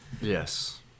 Yes